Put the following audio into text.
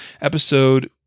episode